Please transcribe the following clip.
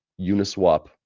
Uniswap